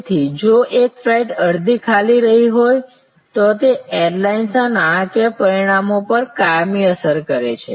તેથી જો એક ફ્લાઇટ અડધી ખાલી રહી હોય તો તે એરલાઇન્સના નાણાકીય પરિણામો પર કાયમી અસર કરે છે